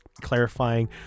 clarifying